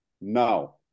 no